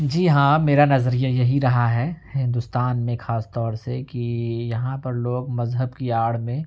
جی ہاں میرا نظریہ یہی رہا ہے ہندوستان میں خاص طور سے کہ یہاں پر لوگ مذہب کی آڑ میں